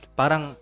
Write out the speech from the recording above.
parang